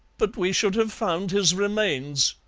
but we should have found his remains,